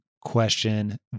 question